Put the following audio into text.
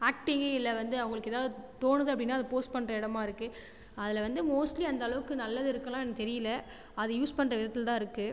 acting இல்லை வந்து அவங்களுக்கு எதாவது தோணுது அப்படினா அதை போஸ்ட் பண்ணுற இடமா இருக்கு அதில் வந்து மோஸ்ட்லி அந்த அளவுக்கு நல்லது இருக்குனுலாம் எனக்கு தெரியலை அது யூஸ் பண்ணுற விதத்தில் தான் இருக்கு